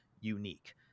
unique